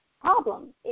problem